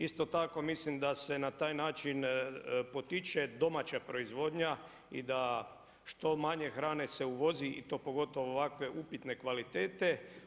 Isto tako mislim da se na taj način potiče domaća proizvodnja i da što manje hrane se uvozi i to pogotovo ovakve upitne kvalitete.